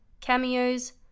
cameos